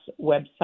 website